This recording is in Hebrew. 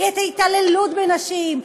את ההתעללות בנשים,